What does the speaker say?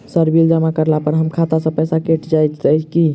Sir bill जमा करला पर हमरा खाता सऽ पैसा कैट जाइत ई की?